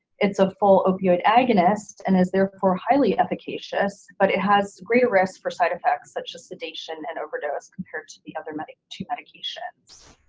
it's a full opioid agonist and is therefore highly efficacious but it has greater risks for side effects such as sedation and overdose compared to the other two medications.